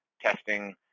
testing